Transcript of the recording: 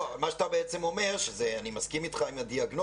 מה שאתה בעצם אומר ואני מסכים עם הדיאגנוזה,